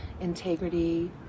integrity